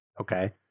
Okay